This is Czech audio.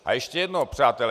A ještě jedno, přátelé.